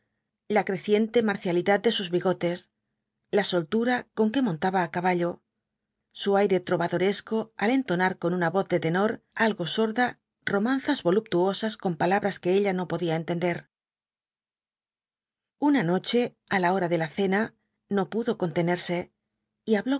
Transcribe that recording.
la creciente marcialidad de sus bigotes la soltura con que montaba á caballo su aire trovadoresco al entonar con una voz de tenor algo sorda romanzas voluptuosas con palabras que ella no podía entender una noche á la hora de la cena no pudo contenerse y